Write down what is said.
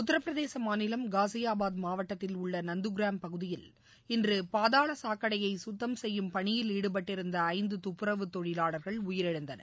உத்தரப்பிரதேச மாநிலம் காசியாபாத் மாவட்டத்தில் உள்ள நந்துகிராம் பகுதியில் இன்று பாதாள சாக்கடையை சுத்தம் செய்யும் பணியில் ஈடுபட்டிருந்த ஐந்து துப்புரவுத்தொழிலாளர்கள் உயிரிழந்தனர்